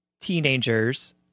teenagers